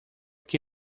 que